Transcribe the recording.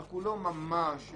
רק הוא לא נוסע בסוף,